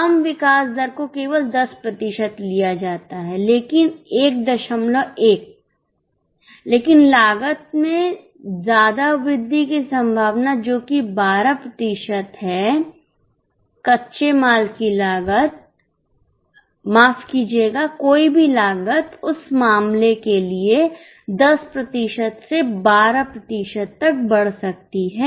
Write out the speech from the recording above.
कम विकास दर को केवल १० प्रतिशत लिया जाता है तो 11 लेकिन लागत में ज्यादा वृद्धि की संभावना जोकि 12 प्रतिशत है कच्चे माल की लागत माफ कीजिएगा कोई भी लागत उस मामले के लिए 10 प्रतिशत से 12 प्रतिशत तक बढ़ सकती है